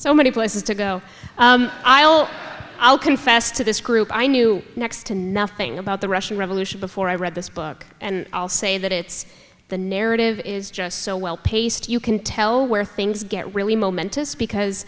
so many places to go i'll i'll confess to this group i knew next to nothing about the russian revolution before i read this book and i'll say that it's the narrative is just so well paced you can tell where things get really momentous because